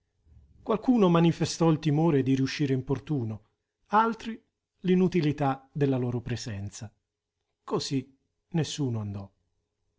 qualcuno manifestò il timore di riuscire importuno altri l'inutilità della loro presenza così nessuno andò